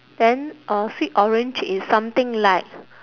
then uh sweet orange is something like